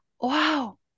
Wow